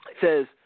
says